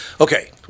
Okay